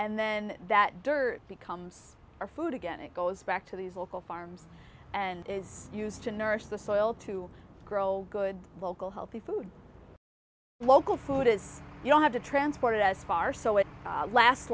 and then that dirt becomes our food again it goes back to these local farms and is used to nourish the soil to grow good local healthy food and local food as you don't have to transport it as far so it last